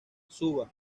suba